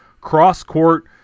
cross-court